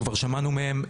שכבר שמענו מהם,